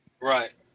Right